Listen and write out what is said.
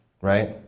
right